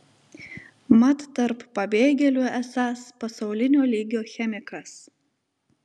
mat tarp pabėgėlių esąs pasaulinio lygio chemikas